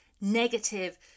negative